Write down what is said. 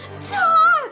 Todd